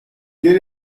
quel